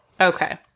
Okay